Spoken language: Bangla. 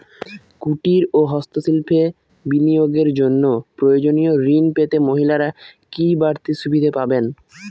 কুটীর ও হস্ত শিল্পে বিনিয়োগের জন্য প্রয়োজনীয় ঋণ পেতে মহিলারা কি বাড়তি সুবিধে পাবেন?